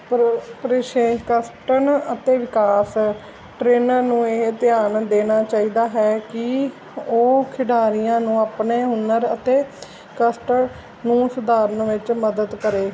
ਅਤੇ ਵਿਕਾਸ ਟਰੇਨਰ ਨੂੰ ਇਹ ਧਿਆਨ ਦੇਣਾ ਚਾਹੀਦਾ ਹੈ ਕਿ ਉਹ ਖਿਡਾਰੀਆਂ ਨੂੰ ਆਪਣੇ ਹੁਨਰ ਅਤੇ ਕਸਟਰ ਨੂੰ ਸੁਧਰਨ ਵਿੱਚ ਮਦਦ ਕਰੇ